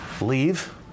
leave